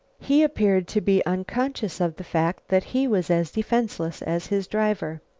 he appeared to be unconscious of the fact that he was as defenseless as his driver.